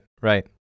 Right